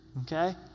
okay